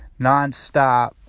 nonstop